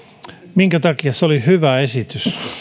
minkä takia se oli hyvä esitys